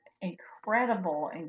incredible